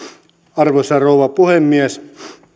arvoisa rouva puhemies